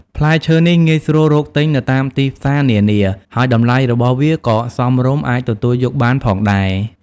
ផ្លែឈើនេះ ងាយស្រួលរកទិញ នៅតាមទីផ្សារនានា ហើយតម្លៃរបស់វាក៏សមរម្យអាចទទួលយកបានផងដែរ។